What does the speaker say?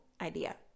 idea